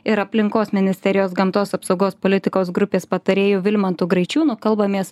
ir aplinkos ministerijos gamtos apsaugos politikos grupės patarėju vilmantu graičiūnu kalbamės